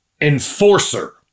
enforcer